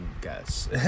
guess